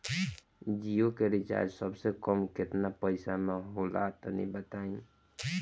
जियो के रिचार्ज सबसे कम केतना पईसा म होला तनि बताई?